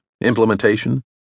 implementation